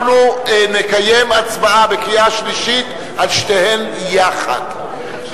אנחנו נקיים הצבעה בקריאה שלישית על שתיהן יחד.